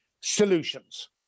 solutions